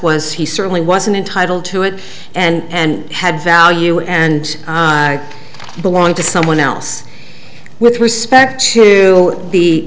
was he certainly wasn't entitled to it and had value and belonged to someone else with respect to the